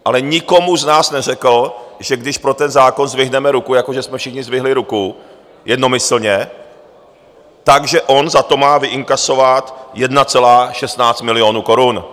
Ale nikomu z nás neřekl, že když pro ten zákon zvedneme ruku, jakože jsme všichni zvedli ruku jednomyslně, tak že on za to má vyinkasovat 1,16 milionů korun.